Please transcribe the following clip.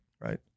Right